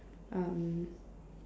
um